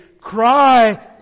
Cry